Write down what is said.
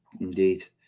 Indeed